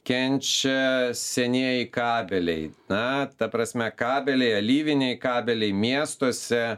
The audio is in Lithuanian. kenčia senieji kabeliai na ta prasme kabeliai alyviniai kabeliai miestuose